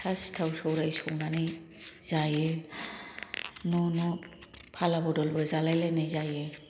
सौराय सावनानै जायो न' न' फाला बदलबो जालायलायनाय जायो